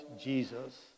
Jesus